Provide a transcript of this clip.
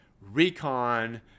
recon